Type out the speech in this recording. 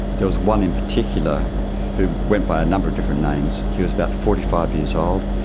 there was one in particular who went by a number of different names. he was about forty five years old.